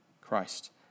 Christ